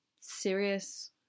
serious